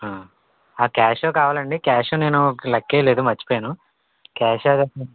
cash కావాలండి cash నేను లెక్కేయలేదు మర్చిపోయాను క్యాషా